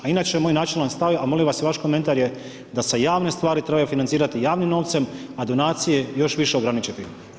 A inače moj načelan stav, a molim vas i vaš komentar, je da se javne stvari trebaju financirati javnim novcem, a donacije još više ograničiti.